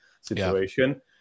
situation